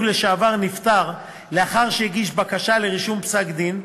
לשעבר נפטר לאחר שהגיש בקשה לרישום פסק-הדין,